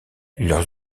leurs